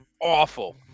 awful